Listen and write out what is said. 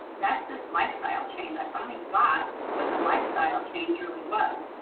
that's this lifestyle change i finally got what the lifestyle change really was.